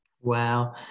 Wow